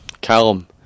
Callum